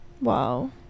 Wow